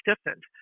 stiffened